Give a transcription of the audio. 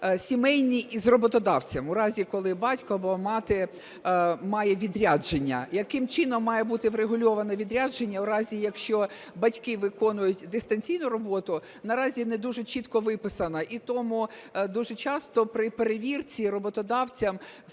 сімейні з роботодавцем у разі, коли батько або мати має відрядження. Яким чином має бути врегульовано відрядження у разі, якщо батьки виконують дистанційну роботу, наразі не дуже чітко виписано. І тому дуже часто при перевірці роботодавцям